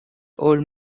old